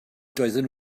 doedden